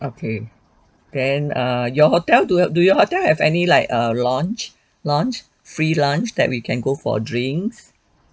okay then err your hotel do do your hotel have any like a lounge lounge free lounge that we can go for drinks